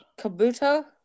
Kabuto